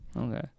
okay